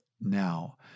now